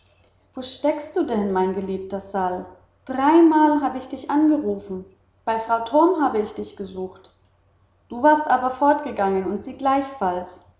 wo stecktest du denn mein geliebter sal dreimal habe ich dich angerufen bei frau torm habe ich dich gesucht du warst aber fortgegangen und sie gleichfalls